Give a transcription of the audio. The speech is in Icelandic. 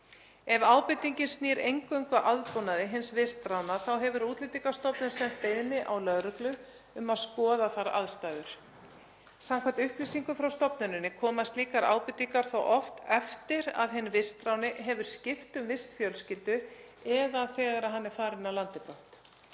Ef ábendingin snýr eingöngu að aðbúnaði hins vistráðna hefur Útlendingastofnun sent beiðni á lögreglu um að skoða þær aðstæður. Samkvæmt upplýsingum frá stofnuninni koma slíkar ábendingar þó oft eftir að hinn vistráðni hefur skipt um vistfjölskyldu eða þegar hann er farinn af landi brott.